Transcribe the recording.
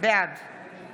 בעד